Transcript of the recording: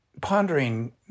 pondering